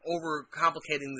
over-complicating